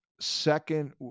second